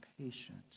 patient